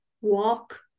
walk